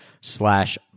slash